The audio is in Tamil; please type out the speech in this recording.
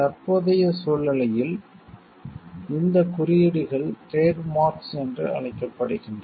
தற்போதைய சூழ்நிலையில் இந்த குறியீடுகள் டிரேட் மார்க்ஸ் என்று அழைக்கப்படுகின்றன